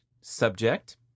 subject